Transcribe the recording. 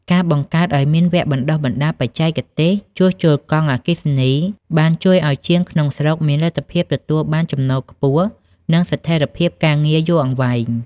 ការបង្កើតឱ្យមានវគ្គបណ្តុះបណ្តាលបច្ចេកទេសជួសជុលកង់អគ្គិសនី បានជួយឱ្យជាងក្នុងស្រុកមានលទ្ធភាពទទួលបានចំណូលខ្ពស់ និងស្ថិរភាពការងារយូរអង្វែង។